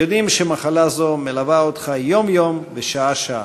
יודע שמחלה זו מלווה אותך יום-יום ושעה-שעה,